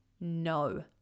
no